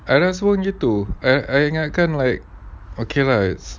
I rasa pun begitu I I ingatkan I okay lah